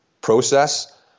process